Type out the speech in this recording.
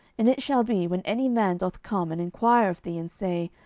and it shall be, when any man doth come and enquire of thee, and say,